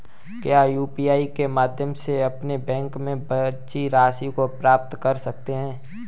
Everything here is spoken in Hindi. क्या यू.पी.आई के माध्यम से अपने बैंक में बची राशि को पता कर सकते हैं?